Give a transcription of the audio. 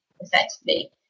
effectively